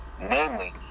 Namely